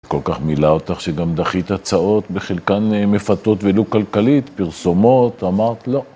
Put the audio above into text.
כל כך מילא אותך, שגם דחית הצעות בחלקן מפתות ולו כלכלית, פרסומות, ואמרת לא.